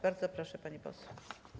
Bardzo proszę, pani poseł.